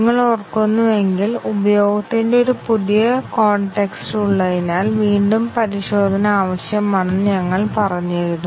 നിങ്ങൾ ഓർക്കുന്നുവെങ്കിൽ ഉപയോഗത്തിന്റെ ഒരു പുതിയ കോൺടെക്സ്റ്റ് ഉള്ളതിനാൽ വീണ്ടും പരിശോധന ആവശ്യമാണെന്ന് ഞങ്ങൾ പറഞ്ഞിരുന്നു